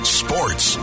sports